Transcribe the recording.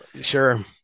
Sure